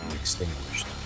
extinguished